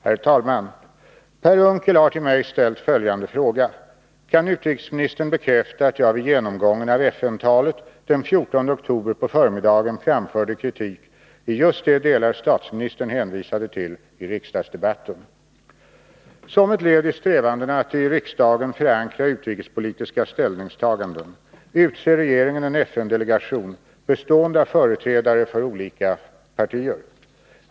Herr talman! Per Unckel har till mig ställt föjande fråga: ”Kan utrikesministern bekräfta att jag vid genomgången av FN-talet den 14 oktober på förmiddagen framförde kritik i just de delar statsministern hänvisade till i riksdagsdebatten?” Som ett led i strävandena att i riksdagen förankra utrikespolitiska ställningstaganden utser regeringen en FN-delegation bestående av företrädare för olika partier.